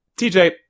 TJ